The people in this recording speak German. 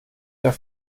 der